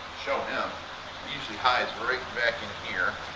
show him. he usually hides right back in here